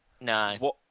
No